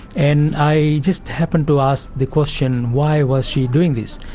and i just happened to ask the question why was she doing this,